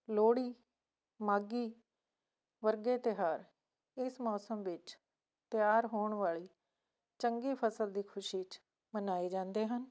ਲੋਹੜੀ ਮਾਘੀ ਵਰਗੇ ਤਿਉਹਾਰ ਇਸ ਮੌਸਮ ਵਿੱਚ ਤਿਆਰ ਹੋਣ ਵਾਲੀ ਚੰਗੀ ਫਸਲ ਦੀ ਖੁਸ਼ੀ 'ਚ ਮਨਾਏ ਜਾਂਦੇ ਹਨ